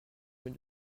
nous